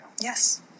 Yes